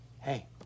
Hey